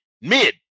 mid